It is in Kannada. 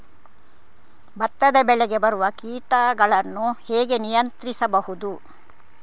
ಭತ್ತದ ಬೆಳೆಗೆ ಬರುವ ಕೀಟಗಳನ್ನು ಹೇಗೆ ನಿಯಂತ್ರಿಸಬಹುದು?